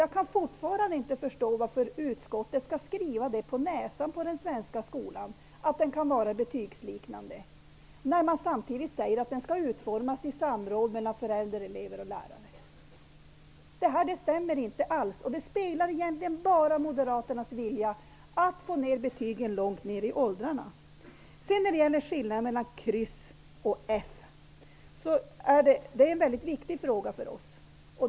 Jag kan fortfarande inte förstå varför utskottet skall skriva den svenska skolan på näsan att informationen kan vara betygsliknande, när man samtidigt säger att den skall utformas i samråd mellan föräldrar, elever och lärare. Det stämmer inte alls. Detta speglar egentligen bara Moderaternas vilja att få ned betygen långt ned i åldrarna. Skillnaden mellan kryss och F är en mycket viktig sak för oss.